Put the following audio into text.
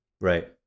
Right